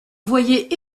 voyez